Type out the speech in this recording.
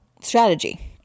strategy